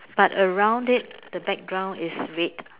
but around it the background is red